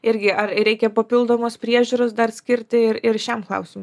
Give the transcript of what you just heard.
irgi ar reikia papildomos priežiūros dar skirti ir ir šiam klausimui